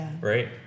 right